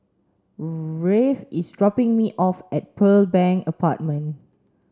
Rafe is dropping me off at Pearl Bank Apartment